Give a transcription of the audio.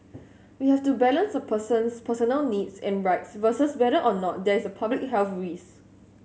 we have to balance a person's personal needs and rights versus whether or not there is a public health risk